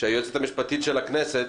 שהיועצת המשפטית של הכנסת